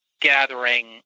gathering